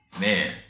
Man